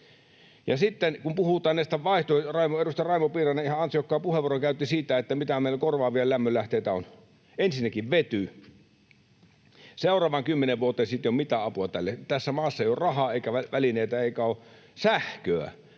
kelvottomasti tässä asiassa. Sitten edustaja Raimo Piirainen ihan ansiokkaan puheenvuoron käytti siitä, mitä korvaavia lämmönlähteitä meillä on. Ensinnäkin vety: Seuraavaan kymmeneen vuoteen siitä ei ole mitään apua. Tässä maassa ei ole rahaa eikä välineitä — eikä ole sähköä.